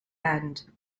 end